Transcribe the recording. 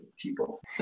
People